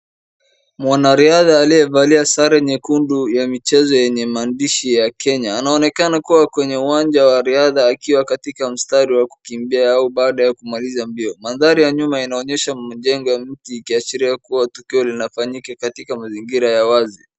Mwanariadha aliyevalia sare nyekundu ya michezo yenye maandishi ya Kenya, anaonekana kuwa kwenye uwanja wa riadha akiwa katika mstari wa kukimbia au kumaliza mbio. Mandhari ya nyumba yanaonyesha majengo ya mti ikiashiria tukio linafanyika katika mazingira ya wazi.